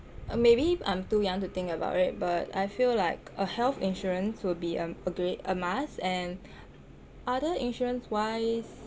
uh maybe I'm too young to think about it but I feel like uh health insurance will be a great a must and other insurance wise